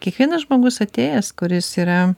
kiekvienas žmogus atėjęs kuris yra